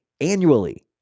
annually